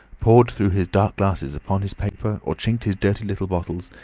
pored through his dark glasses upon his paper or chinked his dirty little bottles,